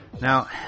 Now